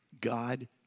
God